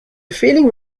feeling